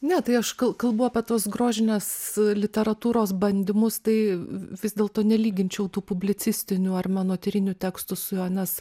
ne tai aš kalbu apie tuos grožinės literatūros bandymus tai vis dėlto nelyginčiau tų publicistinių ar menotyrinių tekstų su juo nes